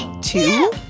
two